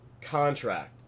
contract